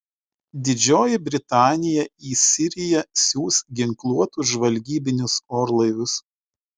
didžioji britanija į siriją siųs ginkluotus žvalgybinius orlaivius